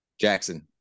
Jackson